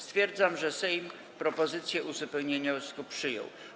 Stwierdzam, że Sejm propozycję uzupełnienia wniosku przyjął.